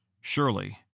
Surely